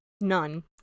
none